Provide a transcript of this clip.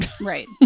right